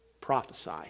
prophesy